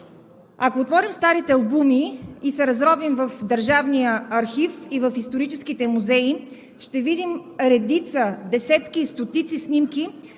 Ако отворим старите албуми и се разровим в Държавния архив и в историческите музеи, ще видим редица, десетки, стотици снимки,